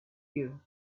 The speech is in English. you